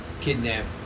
kidnapped